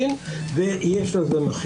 לא, הוא לא.